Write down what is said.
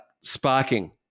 sparking